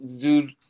dude